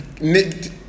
Nick